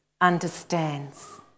understands